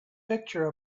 picture